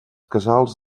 casals